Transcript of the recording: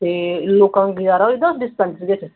ते लोकें दा गुजारा होई जंदा ऐ उस डिस्पेंसरी बिच्च